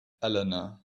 alana